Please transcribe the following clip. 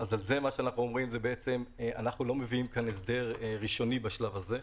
אנחנו לא מביאים הסדר ראשוני בשלב הזה,